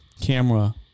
camera